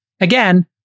Again